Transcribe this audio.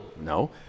No